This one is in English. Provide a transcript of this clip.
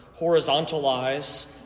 horizontalize